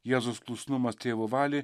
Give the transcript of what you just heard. jėzus klusnumas tėvo valiai